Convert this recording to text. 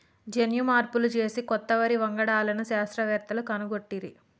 జన్యు మార్పులు చేసి కొత్త వరి వంగడాలను శాస్త్రవేత్తలు కనుగొట్టిరి